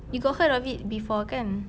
you got heard of it before kan